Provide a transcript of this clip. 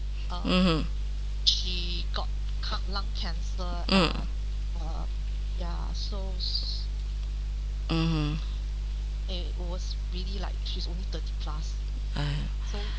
mmhmm mm mmhmm ah